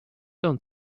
say